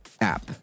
app